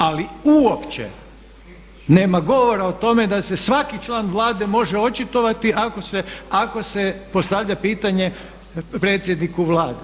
Ali uopće nema govora o tome da se svaki član Vlade može očitovati ako se postavlja pitanje predsjedniku Vlade.